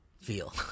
feel